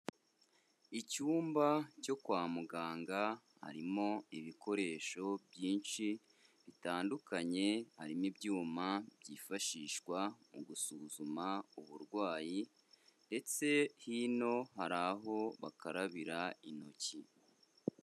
Icyumba cyo kwa muganga, harimo ibikoresho byinshi bitandukanye, harimo ibyuma byifashishwa mu gusuzuma uburwayi, ndetse hino hari aho bakarabira intoki.